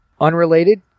unrelated